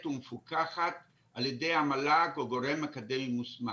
ומפוקחת על ידי המל"ג או גורם אקדמי מוסמך.